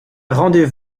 rendez